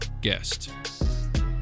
guest